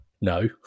No